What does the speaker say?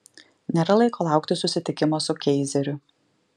nėra laiko laukti susitikimo su keizeriu